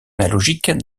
analogiques